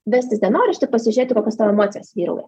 vestis dienoraštį ir pasižiūrėti kokios tavo emocijos vyrauja